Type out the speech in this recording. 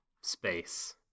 space